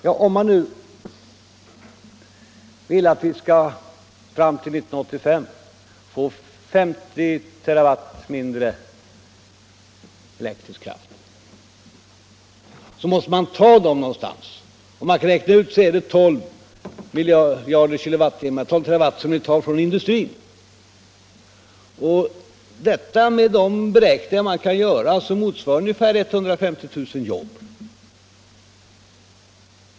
Om man ser till att vi fram till 1985 får 50 TWh mindre elektrisk kraft, så måste man ta den energimängden någonstans. Det innebär att ni tar 12 TWh från industrin. Enligt de beräkningar man kan göra motsvarar detta ungefär 150 000 jobb.